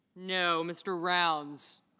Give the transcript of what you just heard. no. mr. rounds